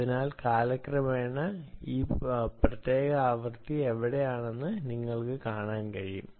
അതിനാൽ കാലക്രമേണ ഈ പ്രത്യേക ആവൃത്തി എവിടെയാണെന്ന് നിങ്ങൾക്ക് കാണാൻ കഴിയും